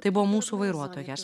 tai buvo mūsų vairuotojas